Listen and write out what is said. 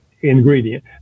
ingredient